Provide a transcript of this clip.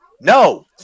no